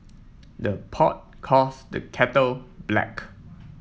the pot calls the kettle black